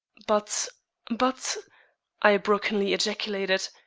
but but i brokenly ejaculated,